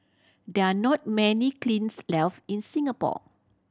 there are not many kilns left in Singapore